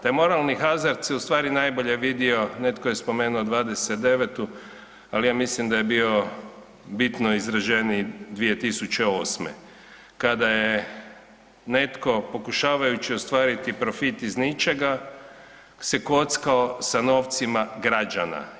Taj moralni hazard se u stvari najbolje vidio netko je spomenuo '29.-tu, ali ja mislim da je bio bitno izraženiji 2008. kada je netko pokušavajući ostvariti profit iz ničega se kockao sa novcima građana.